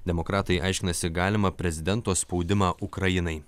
demokratai aiškinasi galimą prezidento spaudimą ukrainai